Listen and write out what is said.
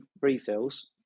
refills